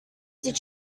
did